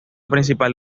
principal